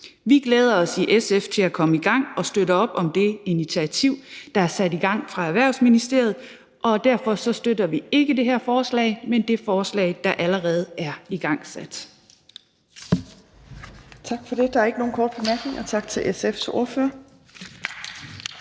Vi glæder os i SF til at komme i gang og støtter op om det initiativ, der er sat i gang fra Erhvervsministeriet, og derfor støtter vi ikke det her forslag, men støtter det initiativ, der allerede er igangsat.